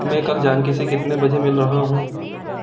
मैं कल जानकी से कितने बजे मिल रहा हूँ